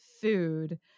food